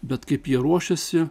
bet kaip jie ruošiasi